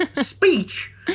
speech